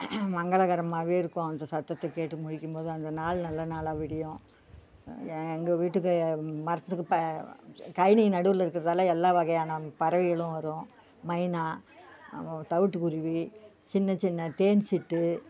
மங்களகரமாகவே இருக்கும் அந்த சத்தத்தை கேட்டு முழிக்கும் போது அந்த நாள் நல்ல நாளாக விடியும் எ எங்கள் வீட்டுக்கு மரத்துக்கு ப கழனி நடுவில் இருக்கிறதால எல்லா வகையான பறவைகளும் வரும் மைனா அப்புறம் தவிட்டு குருவி சின்ன சின்ன தேன் சிட்டு